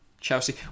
Chelsea